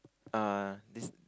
err this